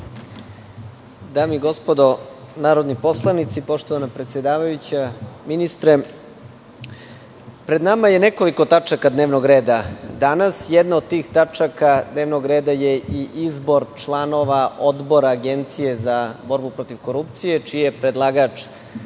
Dame i gospodo narodni poslanici, poštovana predsedavajuća, ministre, pred nama je nekoliko tačaka dnevnog reda danas. Jedna od tih tačaka dnevnog reda je i Izbor članova Odbora Agencije za borbu protiv korupcije, čiji je predlagač